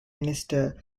minister